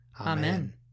Amen